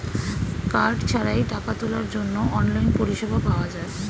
card ছাড়াই টাকা তোলার জন্য অনলাইন পরিষেবা পাওয়া যায়